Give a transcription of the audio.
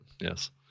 yes